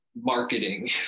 Marketing